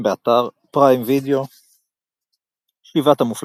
באתר Prime Video "שבעת המופלאים",